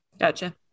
Gotcha